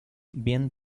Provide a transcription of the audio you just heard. bien